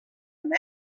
amb